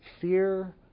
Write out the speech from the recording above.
fear